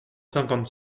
cinquante